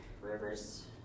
Rivers